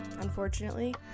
unfortunately